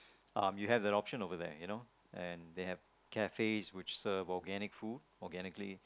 um you have an option over there you know they have cafe which serve organic food organically